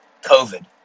COVID